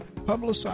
publicize